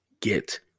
get